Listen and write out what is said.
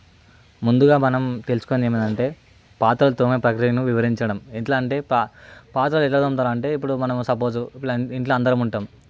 ముందుగా మనం తెలుసుకోవలసింది ఏమిటంటే పాత్రలు తోమే ప్రక్రియను వివరించడం ఎట్లా అంటే పా పాత్రలు ఎట్లా తోముతారంటే ఇప్పుడు మనము సప్పొజ్ ఇంట్లో అందరం ఉంటాం